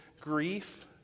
grief